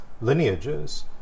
lineages